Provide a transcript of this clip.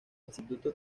instituto